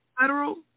Federal